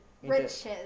Riches